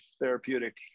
therapeutic